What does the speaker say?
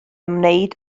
ymwneud